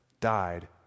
died